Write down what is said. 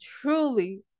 truly